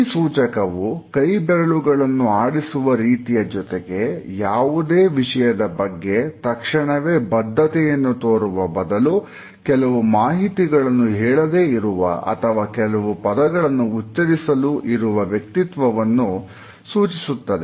ಈ ಸೂಚಕವು ಕೈಬೆರಳುಗಳನ್ನು ಆಡಿಸುವ ರೀತಿಯ ಜೊತೆಗೆ ಯಾವುದೇ ವಿಷಯದ ಬಗ್ಗೆ ತಕ್ಷಣವೇ ಬದ್ಧತೆಯನ್ನು ತೋರುವ ಬದಲು ಕೆಲವು ಮಾಹಿತಿಗಳನ್ನು ಹೇಳದೆ ಇರುವ ಅಥವಾ ಕೆಲವು ಪದಗಳನ್ನು ಉಚ್ಚರಿಸಲು ಇರುವ ವ್ಯಕ್ತಿತ್ವವನ್ನು ಸೂಚಿಸುತ್ತದೆ